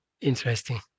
interesting